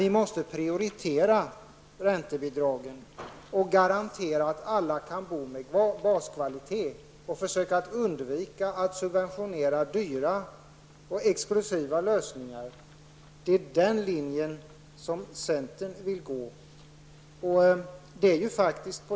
Vi måste emellertid prioritera räntebidragen och garantera att alla kan bo med baskvalitet, och vi måste försöka undvika att subventionera dyra och exklusiva lösningar. Det är den linjen som centern vill gå.